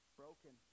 broken